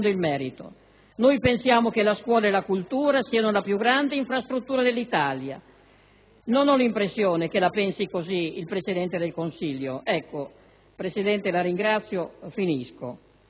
il merito. Noi pensiamo che la scuola e la cultura siano la più grande infrastruttura dell'Italia. Ho l'impressione che non la pensi così il Presidente del Consiglio. Dico semplicemente che non basta